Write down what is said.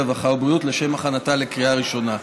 הרווחה והבריאות לשם הכנתה לקריאה ראשונה.